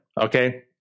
Okay